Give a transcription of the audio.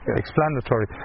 explanatory